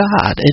God